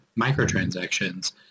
microtransactions